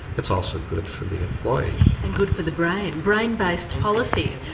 it's also good for the employee. and good for the brain, brain based policy. yeah,